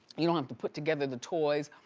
you don't have to put together the toys.